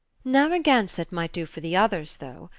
narragansett might do for the others, though.